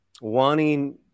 wanting